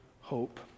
hope